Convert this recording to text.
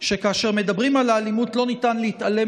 שכאשר מדברים על האלימות לא ניתן להתעלם